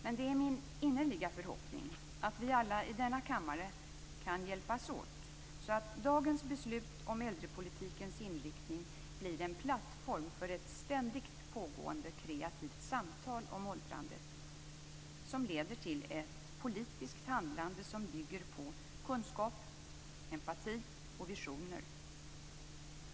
Men det är min innerliga förhoppning att vi alla i denna kammare kan hjälpas åt så att dagens beslut om äldrepolitikens inriktning blir en plattform för ett ständigt pågående kreativt samtal om åldrandet som leder till ett politiskt handlande som bygger på kunskap, empati och visioner.